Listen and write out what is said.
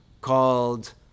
called